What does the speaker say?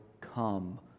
come